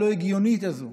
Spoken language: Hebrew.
הלא-הגיונית הזאת,